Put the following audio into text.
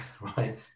right